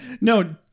No